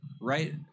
right